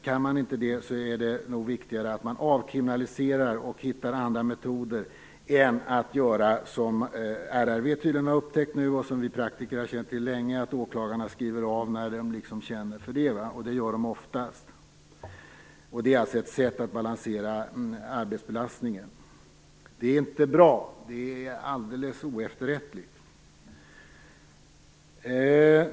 Kan man inte det, är det nog viktigare att avkriminalisera och hitta andra metoder än att åklagarna skriver av ärendena när de känner för det, och det gör de oftast. Detta har RRV tydligen upptäckt nu, och vi praktiker har känt till det länge. Detta är alltså ett sätt att balansera arbetsbelastningen. Det är inte bra. Det är alldeles oefterrättligt.